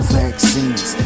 vaccines